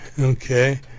Okay